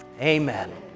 Amen